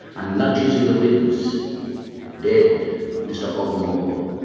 and nudges in the ribs dead mr ogmore,